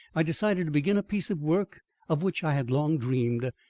i decided to begin a piece of work of which i had long dreamed.